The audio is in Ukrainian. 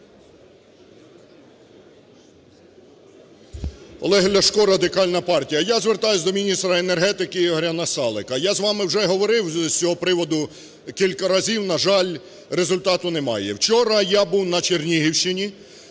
Олег Ляшко, Радикальна партія. Я звертаюсь до міністра енергетики Ігоря Насалика. Я з вами вже говорив з цього приводу кілька разів, на жаль, результату немає. Вчора я був на Чернігівщині,